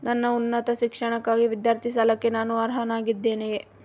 ನನ್ನ ಉನ್ನತ ಶಿಕ್ಷಣಕ್ಕಾಗಿ ವಿದ್ಯಾರ್ಥಿ ಸಾಲಕ್ಕೆ ನಾನು ಅರ್ಹನಾಗಿದ್ದೇನೆಯೇ?